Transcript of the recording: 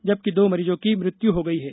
जबकि दो मरीजों की मृत्यु हो गयी है